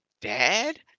Dad